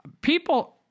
people